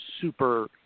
super